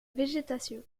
végétation